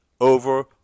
over